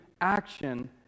action